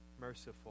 merciful